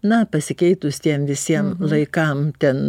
na pasikeitus tiem visiem laikam ten